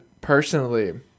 personally